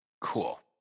cool